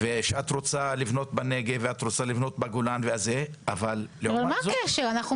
בותמ"ל האחרון, נאמר גם לפרוטוקול, אותו